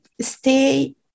stay